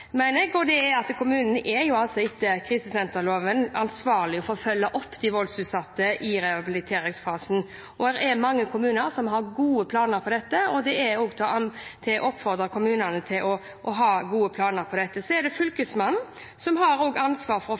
mener jeg. Det er kommunene etter krisesenterloven som er ansvarlig for å følge opp de voldsutsatte i rehabiliteringsfasen. Det er mange kommuner som har gode planer for dette, og kommunene er oppfordret til å ha gode planer for dette. Fylkesmannen har ansvar for å